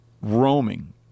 roaming